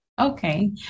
Okay